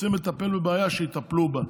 רוצים לטפל בבעיה, שיטפלו בה.